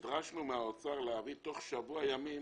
נדרשנו מהאוצר להביא תוך שבוע ימים